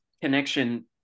connection